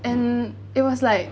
and it was like